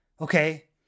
Okay